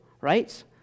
right